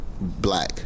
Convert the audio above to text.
black